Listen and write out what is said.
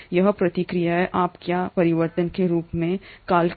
यह प्रक्रिया आप क्या है परिवर्तन के रूप में कॉल करें